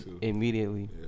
Immediately